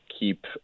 Keep